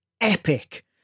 epic